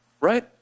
right